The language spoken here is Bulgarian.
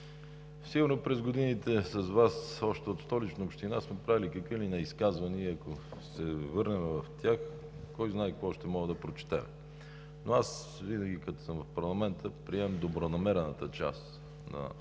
сигурно през годините с Вас още от Столична община сме правили какви ли не изказвания и ако се върнем в тях, кой знае какво още можем да прочетем, но аз винаги, като съм в парламента, приемам добронамерената част на